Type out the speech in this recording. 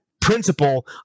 principle